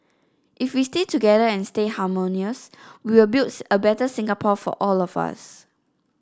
if we stay together and stay harmonious we will build a better Singapore for all of us